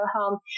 home